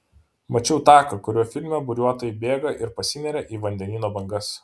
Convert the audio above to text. mačiau taką kuriuo filme buriuotojai bėga ir pasineria į vandenyno bangas